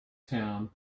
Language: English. town